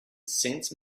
sense